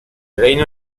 reino